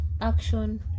Action